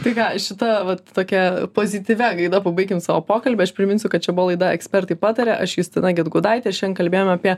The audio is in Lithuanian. tai ką šita va tokia pozityvia gaida pabaikim savo pokalbį aš priminsiu kad čia buvo laida ekspertai pataria aš justina gedgaudaitė šiandien kalbėjom apie